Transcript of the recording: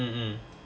mm mm mm